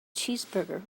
cheeseburger